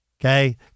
Okay